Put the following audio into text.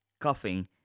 coughing